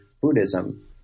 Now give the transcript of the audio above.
Buddhism